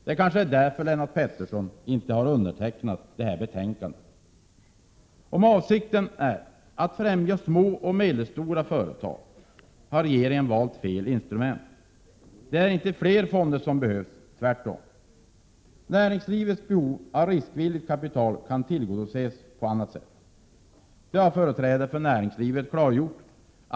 Det kanske är därför Lennart Pettersson inte undertecknat detta betänkande. Om avsikten är att främja små och medelstora företag har regeringen valt fel instrument. Det är inte fler fonder som behövs, tvärtom. Näringslivets behov av riskvilligt kapital kan tillgodoses på annat sätt. Det har företrädare för näringslivet klargjort.